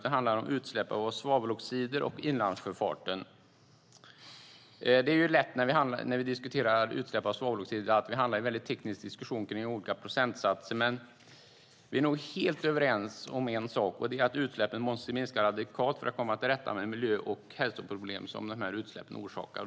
Det handlar om svaveloxider och inlandssjöfarten. När vi diskuterar utsläpp av svaveloxider är det lätt att vi hamnar i en väldigt teknisk diskussion kring olika procentsatser, men vi är nog helt överens om en sak, och det är att utsläppen måste minska radikalt för att vi ska komma till rätta med de miljö och hälsoproblem som dessa utsläpp orsakar.